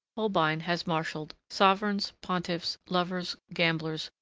holbein has marshalled sovereigns, pontiffs, lovers, gamblers,